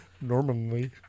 Normally